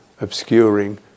obscuring